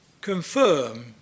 confirm